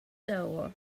door